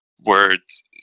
words